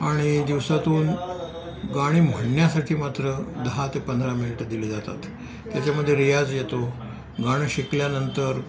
आणि दिवसातून गाणी म्हण्यासाठी मात्र दहा ते पंधरा मिनिटं दिले जातात त्याच्यामध्ये रियाज येतो गाणं शिकल्यानंतर